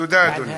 תודה, אדוני.